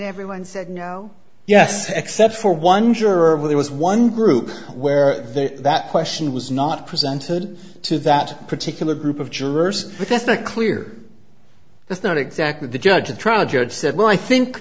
everyone said no yes except for one juror there was one group where that question was not presented to that particular group of jurors but that's not clear that's not exactly the judge the trial judge said well i think